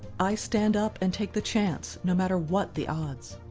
i stand up and take the chance no matter what the odds.